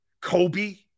Kobe